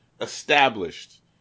established